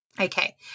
Okay